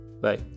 Bye